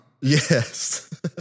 Yes